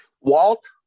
Walt